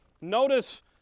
notice